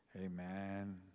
Amen